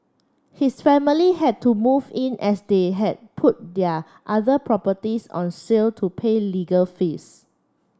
his family had to move in as they had put their other properties on sale to pay legal fees